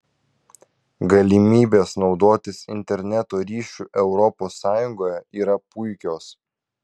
galimybės naudotis interneto ryšiu europos sąjungoje yra puikios